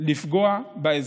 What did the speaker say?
לפגוע באזרח.